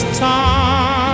time